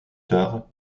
tard